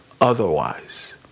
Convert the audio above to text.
otherwise